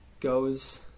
goes